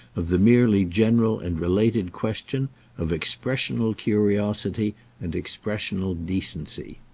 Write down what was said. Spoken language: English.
of the merely general and related question of expressional curiosity and expressional decency.